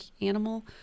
animal